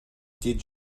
did